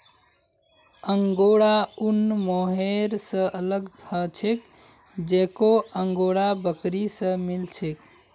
angora ऊन mohair स अलग ह छेक जेको अंगोरा बकरी स मिल छेक